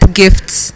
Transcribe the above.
gifts